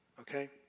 okay